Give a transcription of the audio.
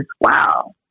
wow